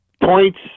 points